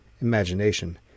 Imagination